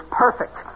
perfect